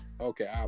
okay